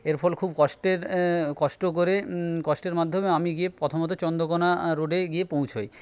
এরফল খুব কষ্টের কষ্ট করে কষ্টের মাধ্যমে আমি গিয়ে প্রথমত চন্দ্রকোনা রোডে গিয়ে পৌঁছোই